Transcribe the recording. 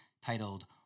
titled